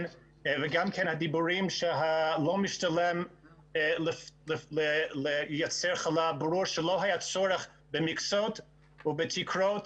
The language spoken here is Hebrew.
גם הדיבורים שלא משתלם לייצר חלב ברור שלא היה צורך במכסות ובתקרות,